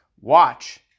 Watch